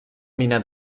mina